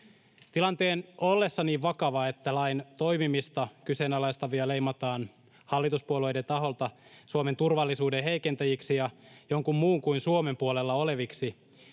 Tilanteen ollessa niin vakava, että lain toimimista kyseenalaistavia leimataan hallituspuolueiden taholta Suomen turvallisuuden heikentäjiksi ja jonkun muun kuin Suomen puolella oleviksi,